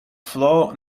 floor